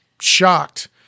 shocked